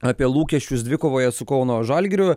apie lūkesčius dvikovoje su kauno žalgiriu